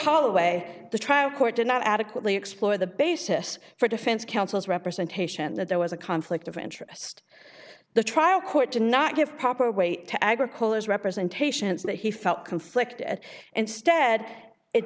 holloway the trial court did not adequately explore the basis for defense counsel's representation that there was a conflict of interest the trial court did not give proper weight to agricola as representations that he felt conflicted at instead it